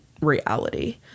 reality